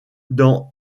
dans